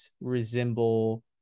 resemble